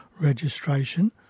registration